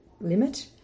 limit